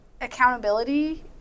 accountability